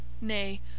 nay